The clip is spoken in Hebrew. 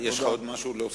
יש לך עוד מה להוסיף?